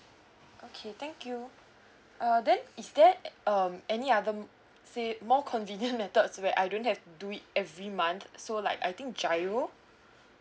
okay thank you uh then is there um any other say more convenient methods where I don't have to do it every month so like I think G_I_R_O